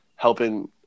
helping